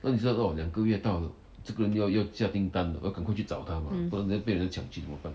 mm